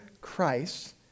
Christ